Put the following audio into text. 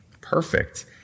Perfect